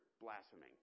blaspheming